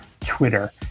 Twitter